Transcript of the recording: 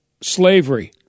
slavery